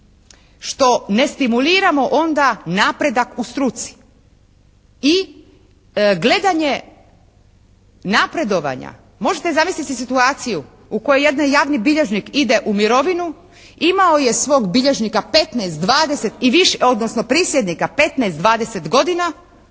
što ne stimuliramo onda napredak u struci i gledanje napredovanja možete zamisliti si situaciju u kojoj jedan javni bilježnik ide u mirovinu, imao je svog bilježnika 15, 20 i više, odnosno prisjednika 15, 20 godina,